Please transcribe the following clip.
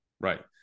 Right